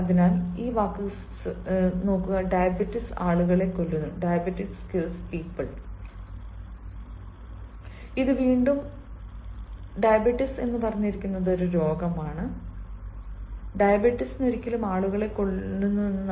അതിനാൽ "ഡയബറ്റിക്സ്" ആളുകളെ കൊല്ലുന്നു "ഡയബറ്റിക്സ്" ആളുകളെ കൊല്ലുന്നുവെന്ന് നമ്മൾക്ക് പറയാനാവില്ല ഇത് വീണ്ടും ഒരു രോഗമാണെന്ന്